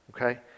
okay